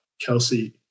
Kelsey